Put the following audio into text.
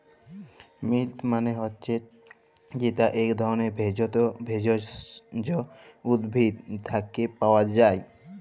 মিল্ট মালে হছে যেট ইক ধরলের ভেষজ উদ্ভিদ থ্যাকে পাওয়া যায়